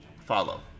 follow